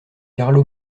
carlo